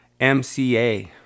MCA